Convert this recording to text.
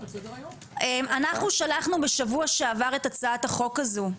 אנחנו שלחנו בשבוע שעבר את הצעת החוק הזו.